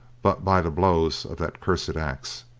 but by the blows of that cursed axe.